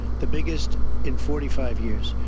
the biggest in forty five years.